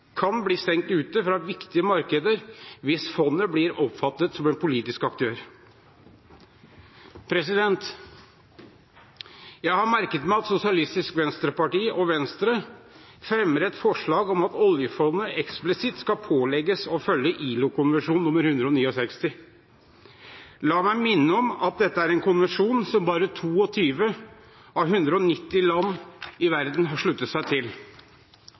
kan bli stengt ute fra viktige markeder hvis fondet blir oppfattet som en politisk aktør. Jeg har merket meg at Sosialistisk Venstreparti og Venstre fremmer et forslag om at oljefondet eksplisitt skal pålegges å følge ILO-konvensjon nr. 169. La meg minne om at dette er en konvensjon som bare 22 av 190 land i verden har sluttet seg til.